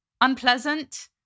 unpleasant